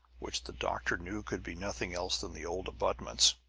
which the doctor knew could be nothing else than the old abutments.